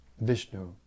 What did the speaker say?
Vishnu